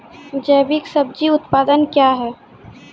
जैविक सब्जी उत्पादन क्या हैं?